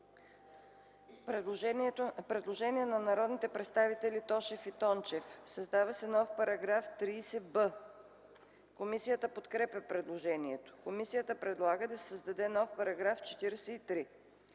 Предложение от народните представители Тошев и Тончев за създаване на нов § 30б. Комисията подкрепя предложението. Комисията предлага да се създаде нов § 43: „§ 43.